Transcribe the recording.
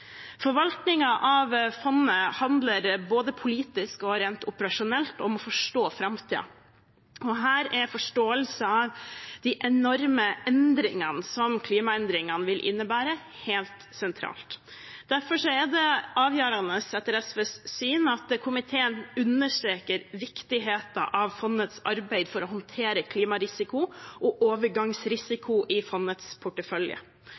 av fondet handler både politisk og rent operasjonelt om å forstå framtiden. Her er forståelse av de enorme endringene som klimaendringene vil innebære, helt sentralt. Derfor er det etter SVs syn avgjørende at komiteen understreker viktigheten av fondets arbeid for å håndtere klimarisiko og overgangsrisiko i fondets portefølje.